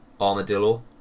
armadillo